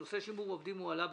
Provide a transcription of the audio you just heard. "נושא שימור עובדים הועלה בדיון.